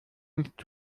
nicht